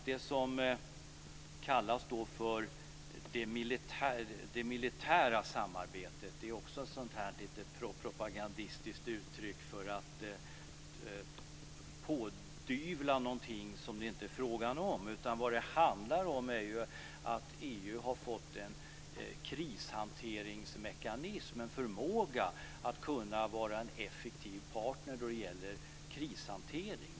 Det som kallas för det militära samarbetet, vilket är ett lite propagandistiskt uttryck för att pådyvla någonting som det inte är frågan om, handlar om att EU har fått en krishanteringsmekanism, en förmåga att vara en effektiv partner när det gäller krishantering.